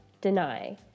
deny